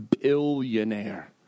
billionaire